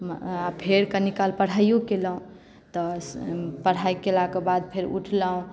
आ फेर कनी काल पढ़ाइओ केलहुँ तऽ पढ़ाइ केलाक बाद फेर उठलहुँ